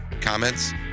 comments